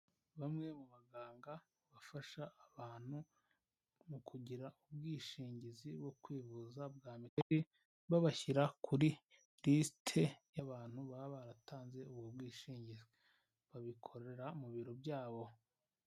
Bamwe mu baganga bafasha abantu mu kugira ubwishingizi bwo kwivuza bwa mituweli, babashyira kuri lisite y'abantu baba baratanze ubwo bwishingizi, babikorera mu biro byabo.